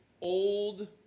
old